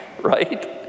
Right